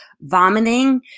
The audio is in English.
vomiting